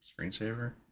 screensaver